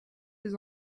des